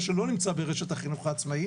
זה שלא נמצא ברשת החינוך העצמאי